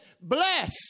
bless